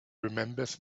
remembers